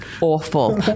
awful